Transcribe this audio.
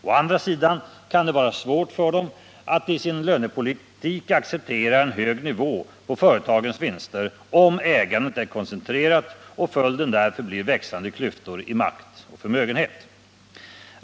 Å andra sidan kan det vara svårt för dem att i sin lönepolitik acceptera en hög nivå på företagens vinster, om ägandet är koncentrerat och följden därför blir växande klyftor i makt och förmögenhet.